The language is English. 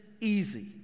easy